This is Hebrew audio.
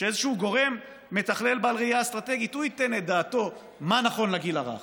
שאיזשהו גורם מתכלל בעל ראייה אסטרטגית ייתן את דעתו מה נכון לגיל הרך